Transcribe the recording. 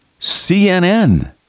CNN